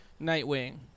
Nightwing